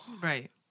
Right